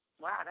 Wow